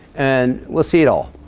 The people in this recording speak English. and we'll see it all